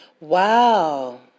Wow